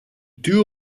two